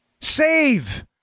save